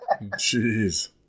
Jeez